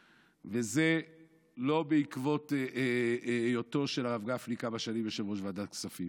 יש 20%. וזה לא בעקבות היותו של הרב גפני כמה שנים יושב-ראש ועדת כספים.